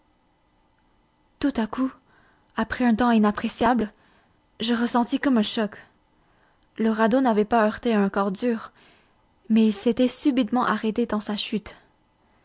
tout à coup après un temps inappréciable je ressentis comme un choc le radeau n'avait pas heurté un corps dur mais il s'était subitement arrêté dans sa chute